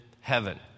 heaven